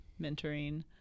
mentoring